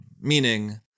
meaning